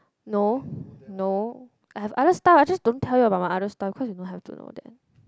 no no I have other stuff I just don't tell you about my other stuff because you don't have to know that